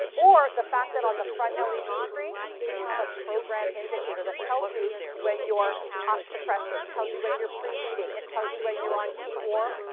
or the fact that on the front l e d. screen we have a program indicator that tells you when you're up to pressure, tells you when you're preheating, tells you when you're on keep warm.